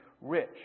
rich